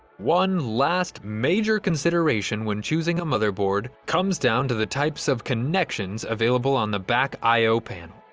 one last major consideration when choosing a motherboard comes down to the types of connections available on the back io panel.